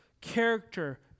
character